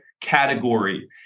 category